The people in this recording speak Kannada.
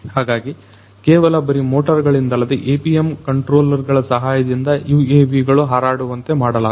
ಹಾಗಾಗಿ ಕೇವಲ ಬರೀ ಮೋಟರ್ ಗಳಿಂದಲ್ಲದೆ APM ಕಂಟ್ರೋಲರ್ ಗಳ ಸಹಾಯದಿಂದ UAV ಗಳು ಹಾರಾಡುವಂತೆ ಮಾಡಲಾಗುವುದು